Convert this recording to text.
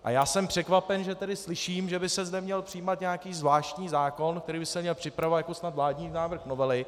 A já jsem překvapen, že tedy slyším, že by se zde měl přijímat nějaký zvláštní zákon, který by se měl připravovat jako snad vládní návrh novely.